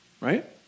Right